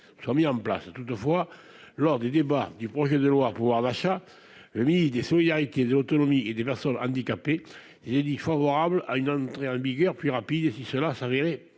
sont mis en place, toutefois, lors du débat du projet de loi, pouvoir d'achat, le ministre des solidarités, de l'autonomie et des personnes handicapées, j'ai dit favorable à une entrée en vigueur, plus rapide et, si cela s'avérait